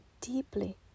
deeply